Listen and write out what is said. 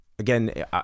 Again